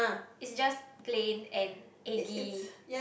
it's just plain and eggy